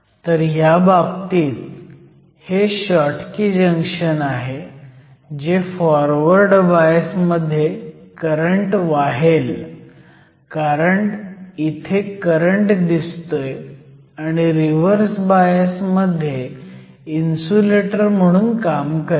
तर ह्या बाबतीत हे शॉटकी जंक्शन आहे जे फॉरवर्ड बायस मध्ये करंट वाहेल कारण इथे करंट दिसतोय आणि रिव्हर्स बायस मध्ये इन्सुलेटर म्हणून काम करेल